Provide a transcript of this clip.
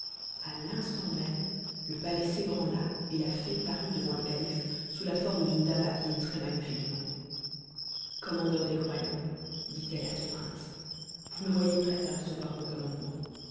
à l'instant même le palais s'ébranla et la fée parut devant le calife sous la figure d'une dame habillée très magnifiquement commandeur des croyants dit-elle à ce prince vous me voyez prête à recevoir vos commandements